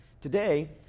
Today